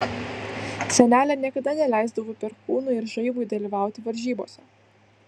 senelė niekada neleisdavo perkūnui ir žaibui dalyvauti varžybose